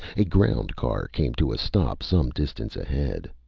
a ground car came to a stop some distance ahead.